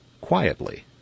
quietly